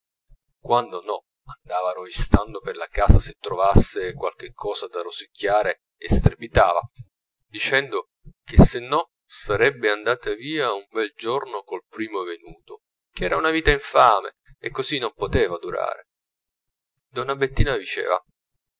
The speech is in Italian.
quando no andava rovistando per la casa se trovasse qualche cosa da rosicchiare e strepitava dicendo che se no sarebbe andata via un bel giorno col primo venuto che era una vita infame e così non poteva durare donna bettina diceva